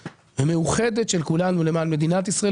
וגם לא מעט צעדים של התייעלות הצלחנו להגיע